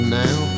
now